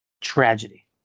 tragedy